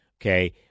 Okay